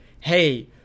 hey